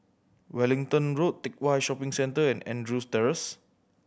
Wellington Road Teck Whye Shopping Centre and Andrews Terrace